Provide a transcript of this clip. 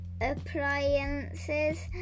appliances